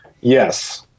Yes